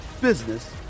business